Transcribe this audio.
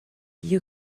you